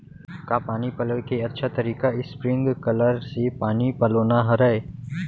का पानी पलोय के अच्छा तरीका स्प्रिंगकलर से पानी पलोना हरय?